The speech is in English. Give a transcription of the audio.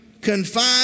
confined